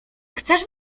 chcesz